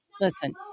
listen